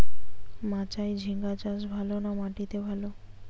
মাচায় ঝিঙ্গা চাষ ভালো না মাটিতে ভালো?